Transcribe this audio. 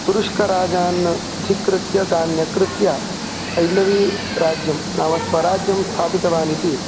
तुरुष्कराजान् धिक्कृत्य तान्यक्कृत्य हैन्दवीराज्यं नाम स्वराज्यं स्थापितवानिति